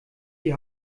die